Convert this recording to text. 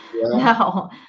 No